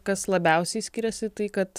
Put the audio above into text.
kas labiausiai skiriasi tai kad